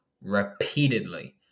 repeatedly